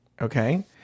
Okay